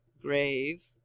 grave